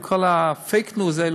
וכל ה-fake news הזה,